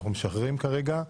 אנחנו משחררים כרגע.